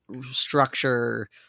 structure